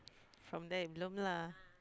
from there belum lah